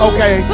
Okay